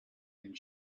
and